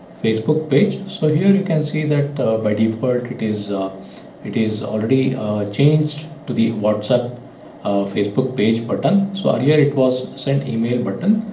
facebook page so here you can see that by default it is it is already changed to the workshop of facebook page per ton so here it was sent email button.